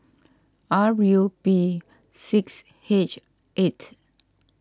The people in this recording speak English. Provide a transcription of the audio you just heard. R U P six H eight